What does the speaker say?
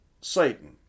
Satan